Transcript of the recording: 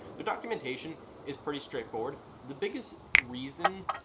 the documentation is pretty straightforward. the biggest reason